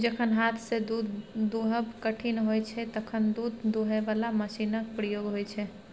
जखन हाथसँ दुध दुहब कठिन होइ छै तखन दुध दुहय बला मशीनक प्रयोग होइ छै